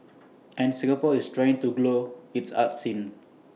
and Singapore is still trying to grow its arts scene